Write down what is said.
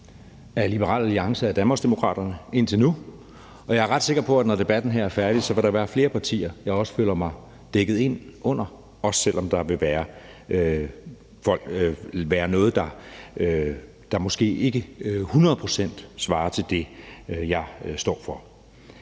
af Liberal Alliance og af Danmarksdemokraterne, og jeg er ret sikker på, at når debatten her er færdig, så vil der være flere partier, jeg også føler mig dækket ind af – også selv om der vil være noget, der måske ikke hundrede procent svarer til det, jeg står for.